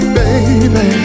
baby